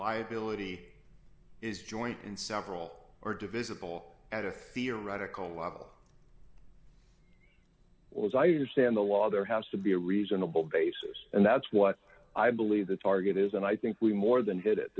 liability is joint and several or divisible at a theoretical level well as i understand the law there has to be a reasonable basis and that's what i believe the target is and i think we more than hit it